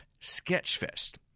Sketchfest